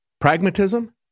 Pragmatism